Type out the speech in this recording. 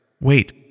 Wait